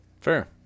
Fair